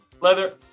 Leather